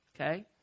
Okay